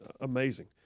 Amazing